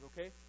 okay